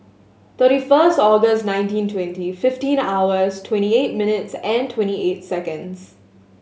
thirty first August nineteen twenty fifteen hours twenty eight minutes and twenty eight seconds